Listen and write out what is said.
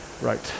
right